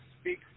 speak